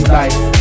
life